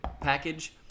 package